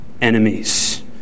enemies